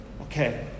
Okay